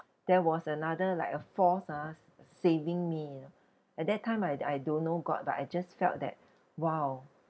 there was another like a force ah s~ saving me you know at that time I'd I don't know god but I just felt that !wow!